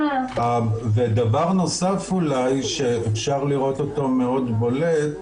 דבר נוסף אולי שאפשר לראות אותו מאוד בולט,